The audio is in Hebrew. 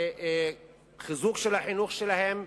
וחיזוק של החינוך שלהם,